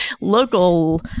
local